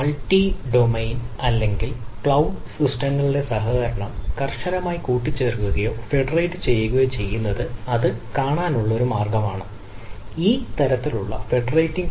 multi domain